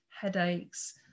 headaches